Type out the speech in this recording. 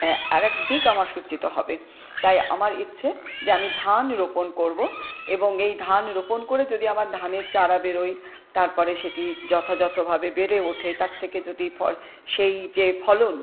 আরেকদিক আমার সূচিত হবে তাই আমার ইচ্ছে যে আমি ধান রোপণ করবো এবং এই ধান রোপণ করে যদি আমার ধানের চারা বেরোয় তারপরে সেটি যথাযথভাবে বেড়ে ওঠে তার থেকে যদি ফল সেই যে ফলন